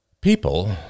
People